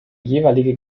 jeweilige